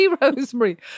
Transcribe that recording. Rosemary